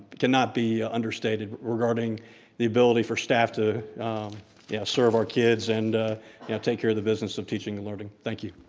cannot be understated regarding the ability for staff to yeah serve our kids and take care of the business of teaching and learning, thank you.